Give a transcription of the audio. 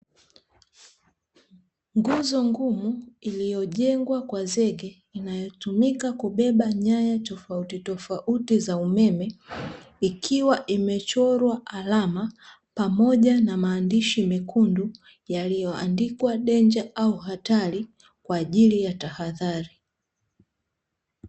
Nguzo ngumu iliyojengwa kwa zege inayotumika kubeba nyaya tofauti tofauti za umeme, ikiwa imechorwa alama pamoja na maandishi mekundu yaliyoandikwa "DANGER" au hatari, kwaajili ya tahadhari.